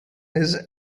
his